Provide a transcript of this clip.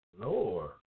Lord